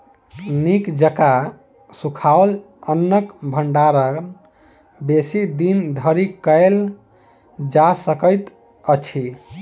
नीक जकाँ सुखाओल अन्नक भंडारण बेसी दिन धरि कयल जा सकैत अछि